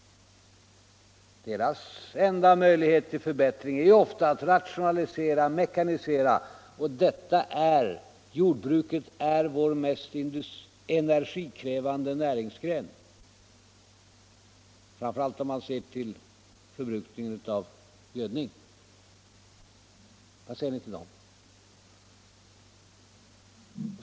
Deras enda möjlighet till förbättring är ofta att rationalisera och mekanisera. Jordbruket är ju vår mest energikrävande näringsgren, framför allt om man ser till förbrukningen av gödningsmedel. Vad säger ni till dem?